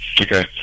Okay